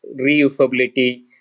reusability